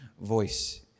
voice